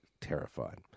terrified